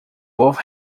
both